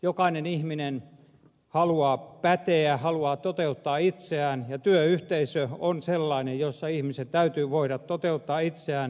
jokainen ihminen haluaa päteä haluaa toteuttaa itseään ja työyhteisö on sellainen jossa ihmisen täytyy voida toteuttaa itseään